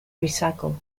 recycle